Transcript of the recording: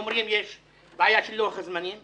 כי אומרים שיש בעיה של לוח זמנים,